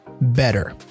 better